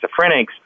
schizophrenics